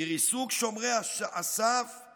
כי ריסוק שומרי הסף הוא